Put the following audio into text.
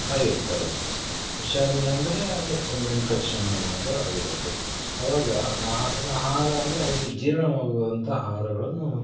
ಆಗಿರ್ತವೆ ಹುಷಾರಿಲ್ಲ ಅಂದರೆ ಅದೆ ಒಂದು ಇನ್ಫೆಕ್ಷನ್ ಅನ್ನೋದು ಆಗಿರುತ್ತೆ ಅವಾಗ ಆ ಒಂದು ಆಹಾರ ಅಂದರೆ ಅವರಿಗೆ ಜೀರ್ಣವಾಗುವಂಥ ಆಹಾರಗಳನ್ನು